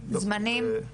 זמנים?